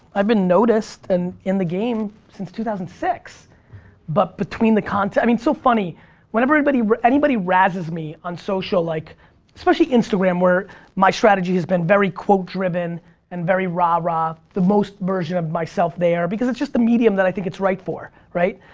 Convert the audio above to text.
i've been noticed and in the game since two thousand and six but between the contents. it's i mean so funny when everybody, anybody razzes me on social like especially instagram where my strategy has been very quote driven and very rah-rah the most version of myself there because it's just the medium that i think it's right for, right?